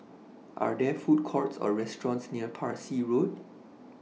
Are There Food Courts Or restaurants near Parsi Road